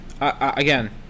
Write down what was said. Again